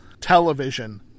television